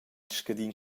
scadin